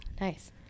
nice